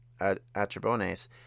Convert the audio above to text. Atribones